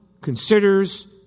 considers